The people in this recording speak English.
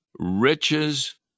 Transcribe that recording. Riches